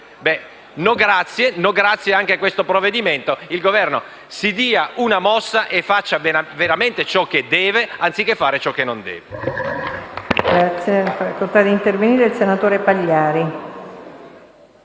No, grazie. E no, grazie, anche a questo provvedimento: il Governo si dia una mossa e faccia veramente ciò che deve, anziché fare ciò che non deve.